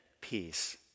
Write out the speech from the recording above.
peace